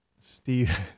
steve